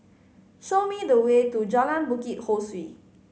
show me the way to Jalan Bukit Ho Swee